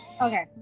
Okay